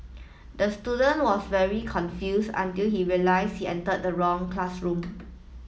the student was very confused until he realised he entered the wrong classroom